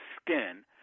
skin